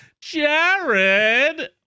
Jared